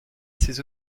ces